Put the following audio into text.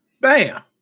Bam